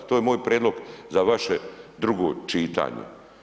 To je moj prijedlog za vaše drugo čitanje.